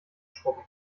schrubben